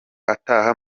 ataha